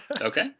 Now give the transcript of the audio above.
Okay